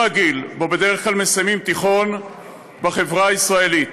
הגיל שבו בדרך כלל מסיימים תיכון בחברה הישראלית.